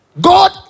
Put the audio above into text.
God